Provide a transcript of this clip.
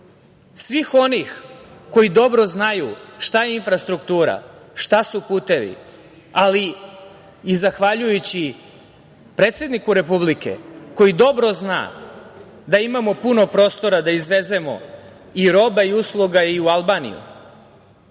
svih onih koji dobro znaju šta je infrastruktura, šta su putevi, ali zahvaljujući predsedniku Republike koji dobro zna da imamo puno prostora da izvezemo i roba i usluga i u Albaniju,